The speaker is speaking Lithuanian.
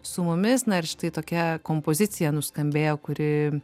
su mumis na ir štai tokia kompozicija nuskambėjo kuri